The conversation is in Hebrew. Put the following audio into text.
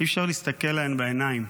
אי-אפשר להסתכל להן בעיניים.